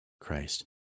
Christ